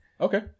Okay